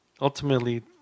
ultimately